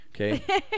okay